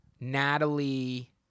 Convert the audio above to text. Natalie